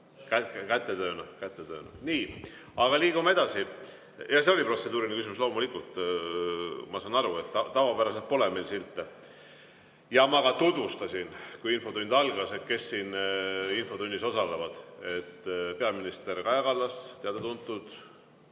peale kätetööna. Aga liigume edasi. Ja see oli protseduuriline küsimus. Loomulikult, ma saan aru, et tavapäraselt pole meil silte. Ja ma ka tutvustasin, kui infotund algas, kes siin infotunnis osalevad: peaminister Kaja Kallas, teada-tuntud,